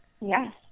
Yes